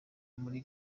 muri